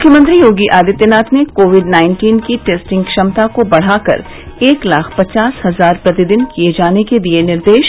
मुख्यमंत्री योगी आदित्यनाथ ने covid nineteen की टेस्टिंग क्षमता को बढ़ाकर एक लाख पचास हजार प्रतिदिन किये जाने के दिये निर्देश